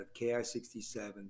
KI67